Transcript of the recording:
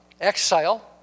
exile